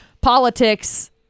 politics